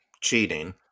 cheating